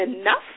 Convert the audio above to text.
enough